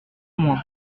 moins